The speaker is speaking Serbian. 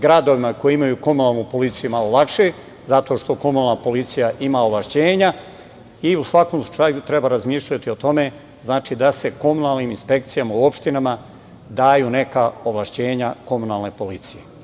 Gradovima koji imaju komunalnu policiju je malo lakše, zato što komunalna policija ima ovlašćenja i u svakom slučaju treba razmišljati o tome da se komunalnim inspekcijama u opštinama daju neka ovlašćenja komunalne policije.